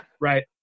right